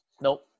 Nope